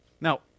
Now